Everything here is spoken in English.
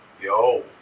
Yo